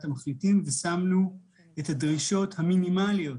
המחליטים ושמנו את הדרישות המינימליות